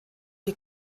die